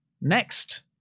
next